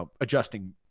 adjusting